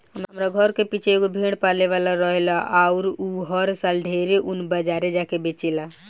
हमरा घर के पीछे एगो भेड़ पाले वाला रहेला अउर उ हर साल ढेरे ऊन बाजारे जा के बेचेला